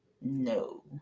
no